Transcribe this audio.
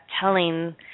telling